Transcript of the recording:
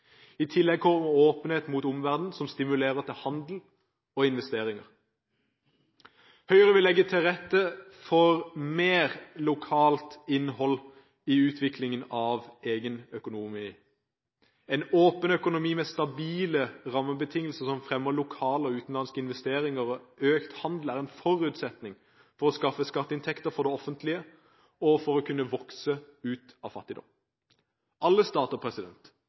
I tillegg kommer åpenhet mot omverdenen, som stimulerer til handel og investeringer. Høyre vil legge til rette for mer lokalt innhold i utviklingen av egen økonomi. En åpen økonomi med stabile rammebetingelser som fremmer lokale og utenlandske investeringer og økt handel, er en forutsetning for å skaffe skatteinntekter for det offentlige og for å kunne vokse ut av fattigdom. Alle stater